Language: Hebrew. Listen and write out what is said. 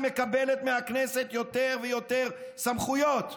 שמקבלת מהכנסת יותר ויותר סמכויות.